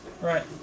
Right